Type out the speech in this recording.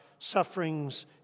sufferings